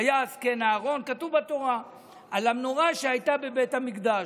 ויעש כן אהרן" כתוב בתורה על המנורה שהייתה בבית המקדש.